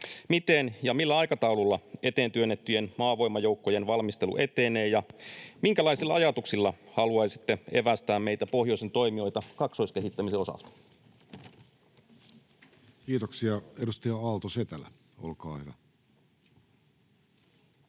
miten ja millä aikataululla eteentyönnettyjen maavoimajoukkojen valmistelu etenee ja minkälaisilla ajatuksilla haluaisitte evästää meitä pohjoisen toimijoita kaksoiskehittämisen osalta? Kiitoksia. — Edustaja Aalto-Setälä, olkaa hyvä.